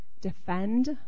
defend